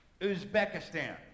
Uzbekistan